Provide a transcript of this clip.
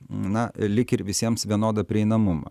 na lyg ir visiems vienodą prieinamumą